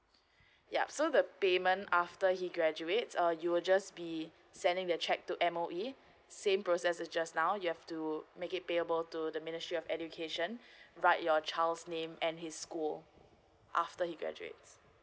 yup so the payment after he graduates uh you'll just be sending the cheque to M_O_E same process as just now you have to make it payable to the ministry of education write your child's name and his school after he graduates